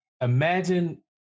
Imagine